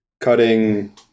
cutting